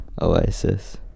Oasis